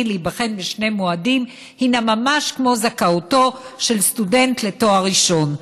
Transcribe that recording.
להיבחן בשני מועדים הינה ממש כמו זכאותו של סטודנט לתואר ראשון.